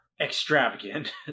extravagant